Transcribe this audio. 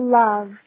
love